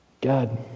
God